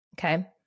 okay